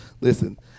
Listen